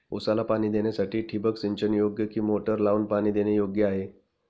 ऊसाला पाणी देण्यासाठी ठिबक सिंचन योग्य कि मोटर लावून पाणी देणे योग्य आहे?